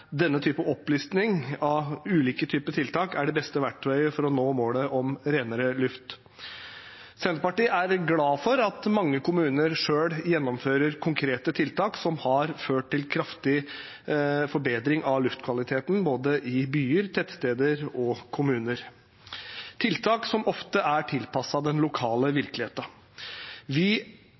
denne type opplisting av ulike typer tiltak er det beste verktøyet for å nå målet om renere luft. Senterpartiet er glad for at mange kommuner selv gjennomfører konkrete tiltak som har ført til kraftig forbedring av luftkvaliteten i både byer, tettsteder og kommuner – tiltak som ofte er tilpasset den lokale virkeligheten. Vi